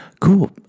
Cool